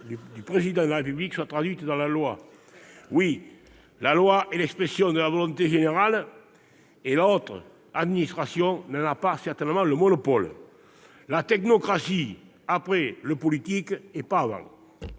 du Président de la République soient traduites dans la loi ! Oui, la loi est l'expression de la volonté générale et la haute administration n'en a certainement pas le monopole : la technocratie après le politique, et pas avant